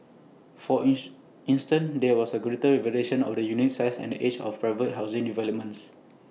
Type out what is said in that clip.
for ins instance there was greater variation on the unit size and age of private housing developments